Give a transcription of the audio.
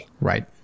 Right